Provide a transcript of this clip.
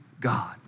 God